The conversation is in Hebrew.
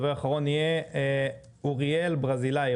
אריאל ברזילי,